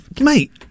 Mate